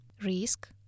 Risk